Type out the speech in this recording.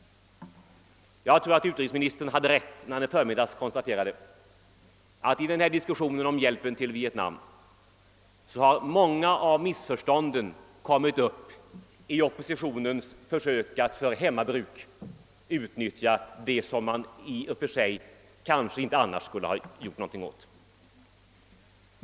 Jag tror att utrikesministern hade rätt, när han i förmiddags konstaterade att många av missförstånden i diskussionen om hjälpen till Vietnam har kommit upp i oppositionens försök att för hemmabruk utnyttja det som man i och för sig kanske inte skulle ha gjort något åt.